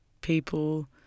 people